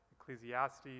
Ecclesiastes